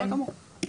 בסדר גמור.